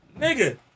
nigga